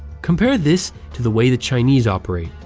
compare this to the way the chinese operate.